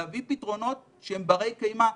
להביא פתרונות שהם ברי קיימא.